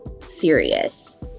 serious